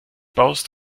baust